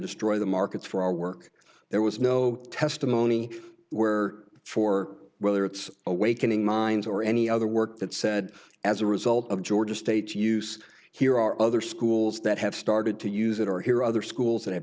destroy the market for our work there was no testimony where for whether it's awakening minds or any other work that said as a result of georgia state use here are other schools that have started to use it or hear other schools